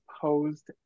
posed